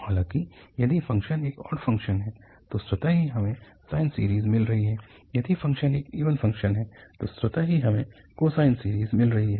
हालाँकि यदि फ़ंक्शन एक ऑड फ़ंक्शन है तो स्वतः ही हमें साइन सीरीज़ मिल रही है यदि फ़ंक्शन एक इवन फ़ंक्शन है तो स्वतः ही हमें कोसाइन सीरीज़ मिल रही है